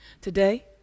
Today